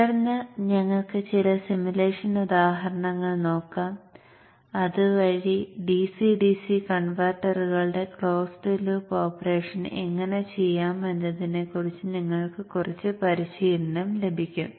തുടർന്ന് ഞങ്ങൾക്ക് ചില സിമുലേഷൻ ഉദാഹരണങ്ങൾ നോക്കാം അതുവഴി DC DC കൺവെർട്ടറുകളുടെ ക്ലോസ് ലൂപ്പ് ഓപ്പറേഷൻ എങ്ങനെ ചെയ്യാമെന്നതിനെക്കുറിച്ച് നിങ്ങൾക്ക് കുറച്ച് പരിശീലനം ലഭിക്കും